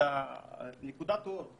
ספורט הוא נקודת אור.